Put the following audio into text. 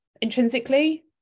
intrinsically